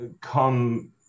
come